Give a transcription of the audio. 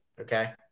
Okay